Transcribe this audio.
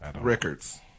Records